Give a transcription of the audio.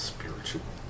Spiritual